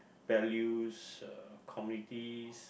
values uh communities